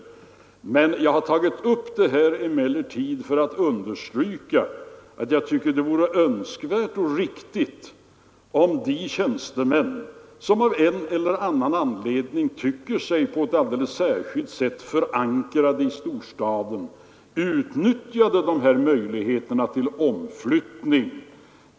Jag har emellertid tagit upp det här för att understryka att jag tycker det vore önskvärt och riktigt om de tjänstemän, som av en eller annan anledning känner sig på ett alldeles särskilt sätt förankrade i storstaden, utnyttjade de här möjligheterna till omflyttning.